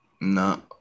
No